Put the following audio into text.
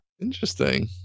Interesting